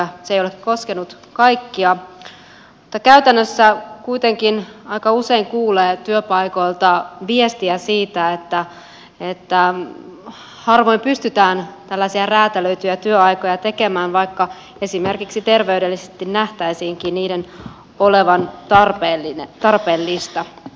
se ei ole koskenut kaikkia mutta käytännössä kuitenkin aika usein kuulee työpaikoilta viestiä siitä että harvoin pystytään tällaisia räätälöityjä työaikoja tekemään vaikka esimerkiksi terveydellisesti nähtäisiinkin niiden olevan tarpeellisia